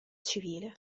civile